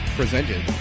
presented